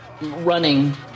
running